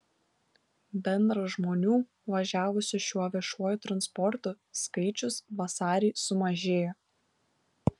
bendras žmonių važiavusių šiuo viešuoju transportu skaičius vasarį sumažėjo